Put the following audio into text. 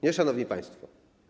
Nie, szanowni państwo.